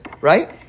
right